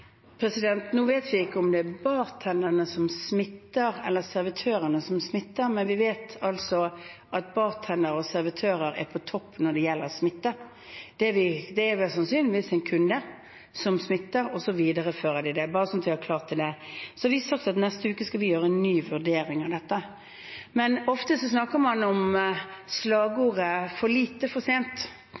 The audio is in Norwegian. Nå vet vi ikke om det er bartenderne som smitter, eller servitørene som smitter, men vi vet at bartendere og servitører er på topp når det gjelder smitte. Det er vel sannsynligvis en kunde som smitter, og så viderefører de det – bare så vi har klarhet i det. Vi har sagt at neste uke skal vi gjøre en ny vurdering av dette, men ofte snakker man om slagordet «for lite, for sent».